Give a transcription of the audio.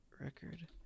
record